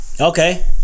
Okay